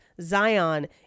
Zion